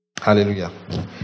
Hallelujah